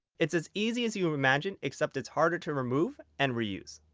it's as easy as you imagine except it's harder to remove and reuse.